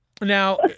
Now